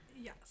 yes